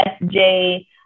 SJ